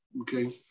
Okay